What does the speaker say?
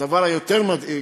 הדבר היותר-מדאיג,